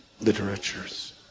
literatures